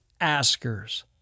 askers